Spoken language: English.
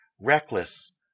reckless